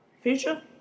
Future